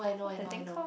what's that thing called